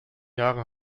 jahren